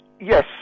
Yes